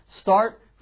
Start